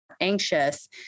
Anxious